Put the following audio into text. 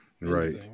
right